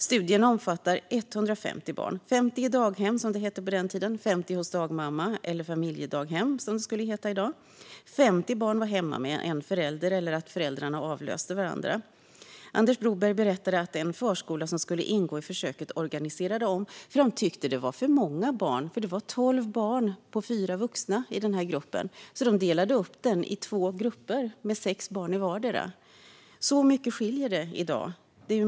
Studien omfattar 150 barn: 50 i daghem, som det hette på den tiden, 50 hos dagmamma, det vill säga dagens familjedaghem, och 50 barn var hemma med en förälder eller båda föräldrar som avlöste varandra. Anders Broberg berättade att en förskola som skulle ingå i försöket organiserade om, då de tyckte det var för många barn. Det var tolv barn på fyra vuxna i gruppen. De delade därför upp gruppen i två delar med sex barn i vardera grupp. Så mycket skiljer det i dag.